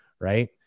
right